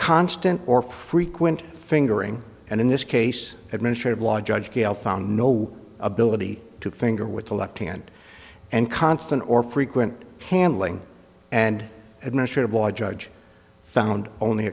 constant or frequent fingering and in this case administrative law judge gale found no ability to finger with the left hand and constant or frequent handling and administrative law judge found only